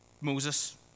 Moses